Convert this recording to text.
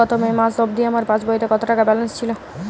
গত মে মাস অবধি আমার পাসবইতে কত টাকা ব্যালেন্স ছিল?